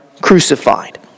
crucified